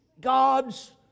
God's